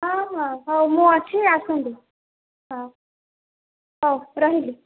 ହଁ ହଁ ହଉ ମୁଁ ଅଛି ଆସନ୍ତୁ ହଁ ହଉ ରହିଲି